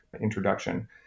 introduction